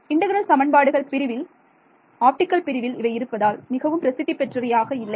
integral சமன்பாடுகள் optical பிரிவில் இவை இருப்பதால் மிகவும் பிரசித்தி பெற்றவையாக இல்லை